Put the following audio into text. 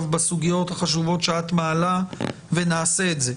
בסוגיות החשובות שאת מעלה ונעשה את זה.